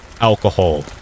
alcohol